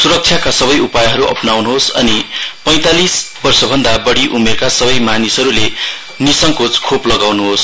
सुरक्षाका सबै उपायहरू अपनाउनुहोस् अनि पैंतालीस वर्षभन्दा बढ़ी उमेरका सबै मानिसहरूले निसन्देह खोप लगाउनुहोस्